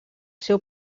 seu